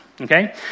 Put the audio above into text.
Okay